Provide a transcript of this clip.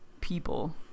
people